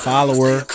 Follower